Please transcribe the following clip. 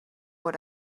what